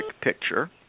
picture